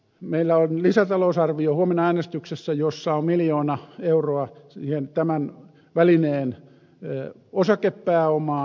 meillä on huomenna äänestyksessä lisätalousarvio jossa on miljoona euroa tämän välineen osakepääomaan